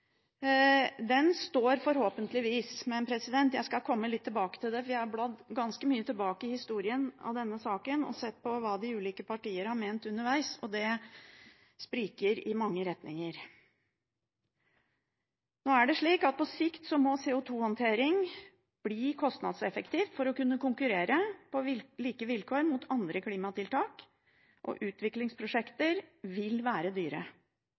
står forhåpentligvis fast. Jeg skal komme litt tilbake til det, for jeg har bladd ganske mye tilbake i historien til denne saken og sett på hva de ulike partier har ment underveis. Det spriker i mange retninger. På sikt må CO2-håndtering bli kostnadseffektiv for å kunne konkurrere på like vilkår som andre klimatiltak. Utviklingsprosjekter vil være dyre. Utvikling av teknologi for CO2-fangst er krevende, og det vil hele tida være